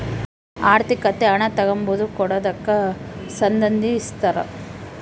ಆರ್ಥಿಕತೆ ಹಣ ತಗಂಬದು ಕೊಡದಕ್ಕ ಸಂದಂಧಿಸಿರ್ತಾತೆ